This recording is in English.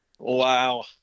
Wow